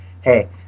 hey